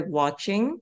watching